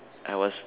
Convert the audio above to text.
I was